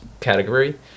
category